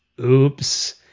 oops